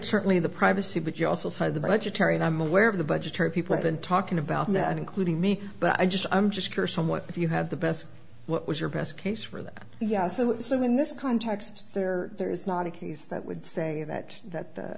certainly the privacy but you also cited the budgetary and i'm aware of the budgetary people i've been talking about net including me but i just i'm just curious from what if you had the best what was your best case for that yes it was so in this context there there is not a case that would say that that the